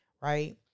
right